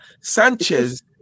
sanchez